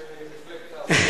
במפלגת העבודה.